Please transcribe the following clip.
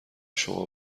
شما